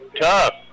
Tough